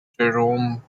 jerome